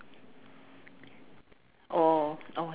oh